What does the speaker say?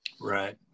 Right